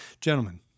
Gentlemen